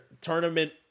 Tournament